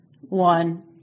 one